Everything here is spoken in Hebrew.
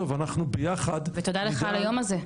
ואנחנו ביחד --- ותודה לך על היום הזה.